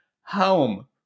Home